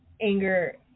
anger